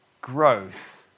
growth